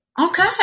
Okay